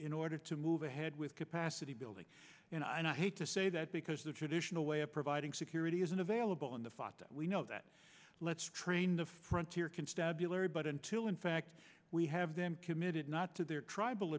in order to move ahead with capacity building and i hate to say that because the traditional way of providing security isn't available in the fatah we know that let's train the frontier constabulary but until in fact we have them committed not to their tribal